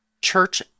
Church